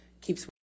keeps